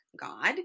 god